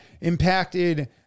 impacted